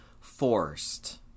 forced